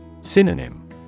Synonym